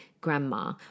grandma